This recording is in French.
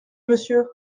monsieur